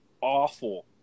awful